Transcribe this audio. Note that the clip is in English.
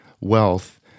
wealth